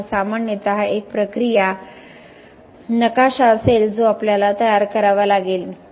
तर हा सामान्यत एक प्रक्रिया नकाशा असेल जो आपल्याला तयार करावा लागेल